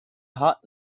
hot